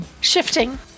shifting